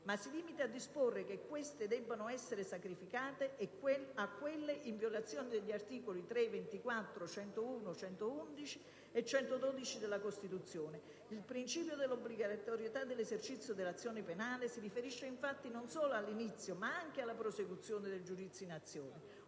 ma si limita a disporre che queste debbano essere sacrificate a quelle, in violazione degli articoli 3, 24, 101, 111 e 112 della Costituzione. Il principio dell'obbligatorietà dell'esercizio dell'azione penale si riferisce infatti non solo all'inizio, ma anche alla prosecuzione in giudizio dell'azione,